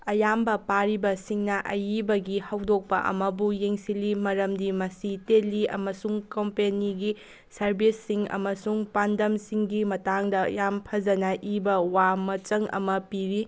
ꯑꯌꯥꯝꯕ ꯄꯥꯔꯤꯕꯁꯤꯡꯅ ꯑꯏꯕꯒꯤ ꯍꯧꯗꯣꯛꯄ ꯑꯃꯕꯨ ꯌꯦꯡꯁꯤꯜꯂꯤ ꯃꯔꯝꯗꯤ ꯃꯁꯤ ꯇꯦꯜꯂꯤ ꯑꯃꯁꯨꯡ ꯀꯣꯝꯄꯦꯅꯤꯒꯤ ꯁꯥꯔꯕꯤꯁꯁꯤꯡ ꯑꯃꯁꯨꯡ ꯄꯥꯟꯗꯝꯁꯤꯡꯒꯤ ꯃꯇꯥꯡꯗ ꯌꯥꯝ ꯐꯖꯅ ꯏꯕ ꯋꯥ ꯃꯆꯪ ꯑꯃ ꯄꯤꯔꯤ